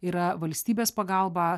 yra valstybės pagalba